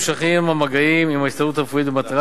נמשכים המגעים עם ההסתדרות הרפואית במטרה